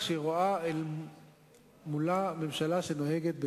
אני מקווה שכולנו נחגוג אותו וכולנו נשמח